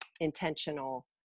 intentional